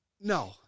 No